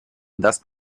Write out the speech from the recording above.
даст